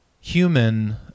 human